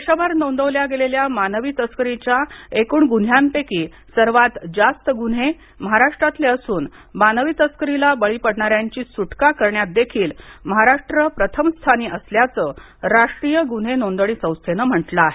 देशभर नोंदवल्या गेलेल्या मानवी तस्करीच्या एकूण गुन्ह्यांपैकी सर्वात जास्त गुन्हे महाराष्ट्रातले असून मानवी तस्करीला बळी पडणाऱ्यांची सुटका करण्यात देखील महाराष्ट्र प्रथम स्थानी असल्याचं राष्ट्रीय गून्हे नोंदणी संस्थेनं म्हटलं आहे